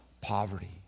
poverty